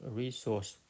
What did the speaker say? resource